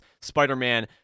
spider-man